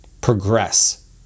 progress